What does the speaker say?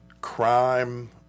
crime